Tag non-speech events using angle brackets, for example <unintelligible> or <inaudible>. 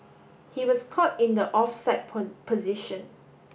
he was caught in the offside <unintelligible> position